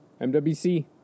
MWC